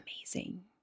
Amazing